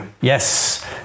Yes